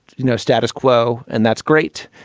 you know, status quo. and that's great.